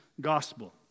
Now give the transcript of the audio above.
gospel